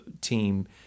team